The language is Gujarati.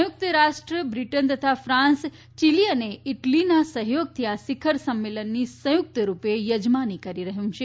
સંયુક્ત રાષ્ટ્ર બ્રિટેન તથા ફ્રાંસ ચીલી અને ઇટલીના સહયોગથી આ શિખર સંમેલનની સંયુક્ત રૂપે યજમાની કરી રહ્યું છે